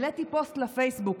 העליתי פוסט לפייסבוק.